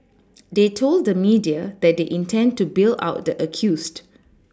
they told the media that they intend to bail out the accused